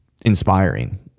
inspiring